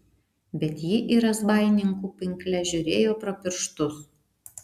bet ji į razbaininkų pinkles žiūrėjo pro pirštus